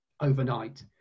overnight